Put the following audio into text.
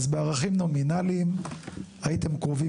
אז בערכים נומינליים הייתם קרובים.